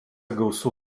gausu